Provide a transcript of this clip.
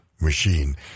machine